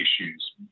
issues